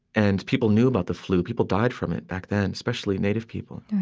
and people knew about the flu. people died from it back then, especially native people.